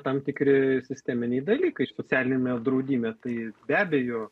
tam tikri sisteminiai dalykai socialiniame draudime tai be abejo